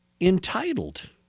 entitled